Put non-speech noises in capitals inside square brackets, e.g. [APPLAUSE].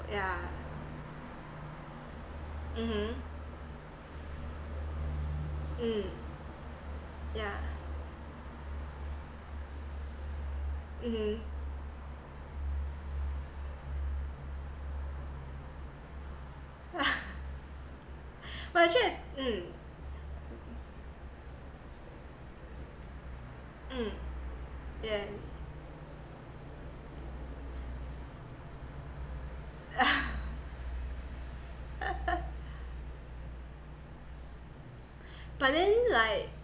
yeah mmhmm mm yeah mmhmm [LAUGHS] but actually I mm mm yes [LAUGHS] but then like